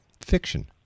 fiction